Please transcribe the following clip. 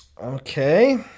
Okay